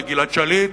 וגלעד שליט,